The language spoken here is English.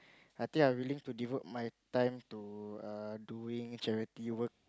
I think I'm ready to devote my time to err doing charity work